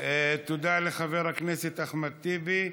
תודה לחבר הכנסת אחמד טיבי.